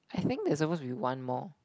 I think there's supposed to be one more